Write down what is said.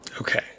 Okay